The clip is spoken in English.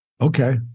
Okay